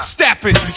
Stapping